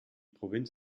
provinz